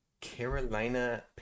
Carolina